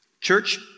Church